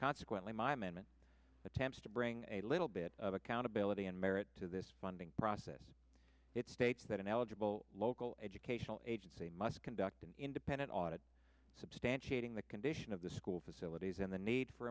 consequently my amendment attempts to bring a little bit of accountability and merit to this funding process it states that an eligible local educational agency must conduct an independent audit substantiating the condition of the school facilities and the need for